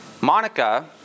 Monica